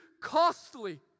costly